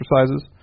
exercises